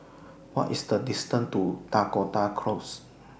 What IS The distance to Dakota Close